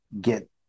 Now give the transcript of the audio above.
get